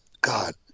God